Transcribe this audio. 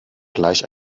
gleich